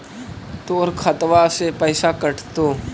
तोर खतबा से पैसा कटतो?